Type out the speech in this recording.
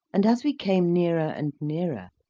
and as we came nearer and nearer,